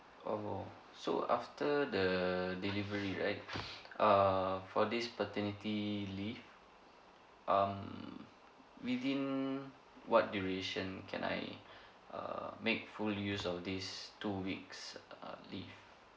oh so after the delivery right err for this paternity leave um within what duration can I err make full use of these two weeks uh leave